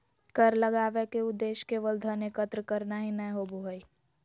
कर लगावय के उद्देश्य केवल धन एकत्र करना ही नय होबो हइ